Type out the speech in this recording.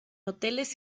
hoteles